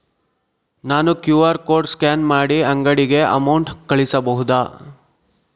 ನಾನು QR code scan ಮಾಡಿ ಅಂಗಡಿಗೆ ಅಮೌಂಟ್ ಕಳಿಸಬಹುದಾ?